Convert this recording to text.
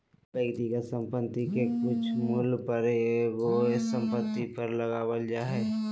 व्यक्तिगत संपत्ति के कुल मूल्य पर एगो संपत्ति कर लगावल जा हय